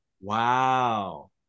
Wow